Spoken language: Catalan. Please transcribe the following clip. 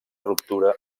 ruptura